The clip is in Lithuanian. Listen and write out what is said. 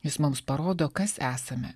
jis mums parodo kas esame